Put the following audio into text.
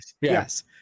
yes